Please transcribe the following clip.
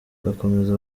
bakomeza